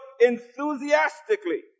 enthusiastically